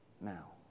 now